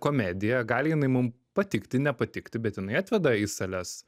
komediją gali jinai mum patikti nepatikti bet jinai atveda į sales